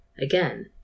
Again